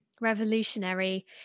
revolutionary